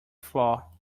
flaw